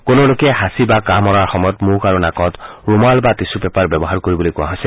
কোনো লোকে হাঁচি বা কাঁহ মৰাৰ সময়ত মুখ আৰু নাকত ৰুমাল বা টিচু পেপাৰ ব্যৱহাৰ কৰিবলৈ কোৱা হৈছে